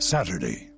Saturday